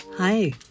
Hi